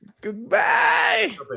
Goodbye